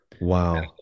Wow